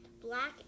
black